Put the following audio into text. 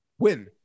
win